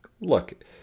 look